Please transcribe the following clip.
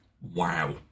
Wow